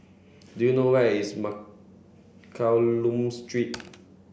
do you know where is Mccallum Street